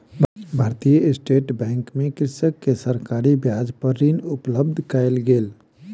भारतीय state bank मे कृषक के सरकारी ब्याज पर ऋण उपलब्ध कयल गेल